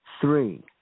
Three